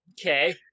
Okay